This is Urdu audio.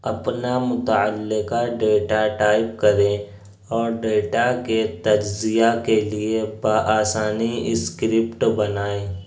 اپنا متعلقہ ڈیٹا ٹائپ کریں اور ڈیٹا کے تجزیہ کے لیے بہ آسانی اسکرپٹ بنائیں